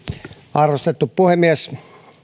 arvostettu puhemies